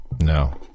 no